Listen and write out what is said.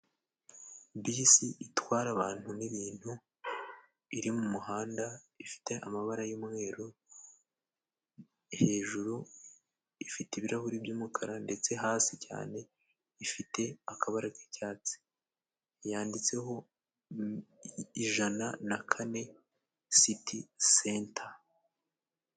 Bisi itwara abantu n'ibintu, iri mu muhanda ifite amabara y'umweru hejuru, ifite ibirahuri by'umukara ndetse hasi cyane ifite akabara k'icyatsi yanditseho ijana na kane siti senta.